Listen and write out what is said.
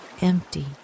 empty